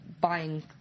buying